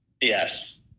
Yes